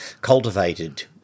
cultivated